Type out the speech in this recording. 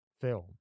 film